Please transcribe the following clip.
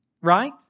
Right